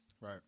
Right